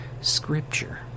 Scripture